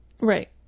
Right